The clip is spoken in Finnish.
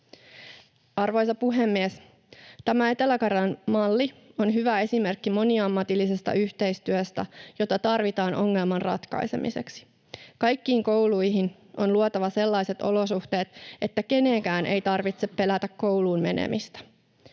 Arvoisa puhemies! Tämä Etelä-Karjalan malli on hyvä esimerkki moniammatillisesta yhteistyöstä, jota tarvitaan ongelman ratkaisemiseksi. Kaikkiin kouluihin on luotava sellaiset olosuhteet, että kenenkään ei tarvitse pelätä kouluun menemistä.